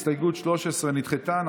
הסתייגות 13 נדחתה.